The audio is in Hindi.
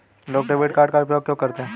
लोग डेबिट कार्ड का उपयोग क्यों करते हैं?